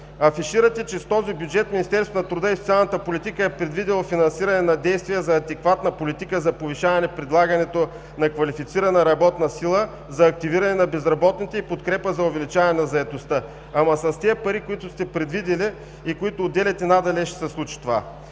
Афиширате, че с този бюджет Министерството на труда и социалната политика е предвидило финансиране на действия за адекватна политика за повишаване предлагането на квалифицирана работна сила, за активиране на безработните и подкрепа за увеличаване на заетостта. Но с тези пари, които сте предвидили и които отделяте, надали ще се случи това.